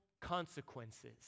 consequences